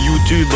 YouTube